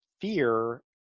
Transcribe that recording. fear